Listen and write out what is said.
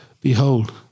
Behold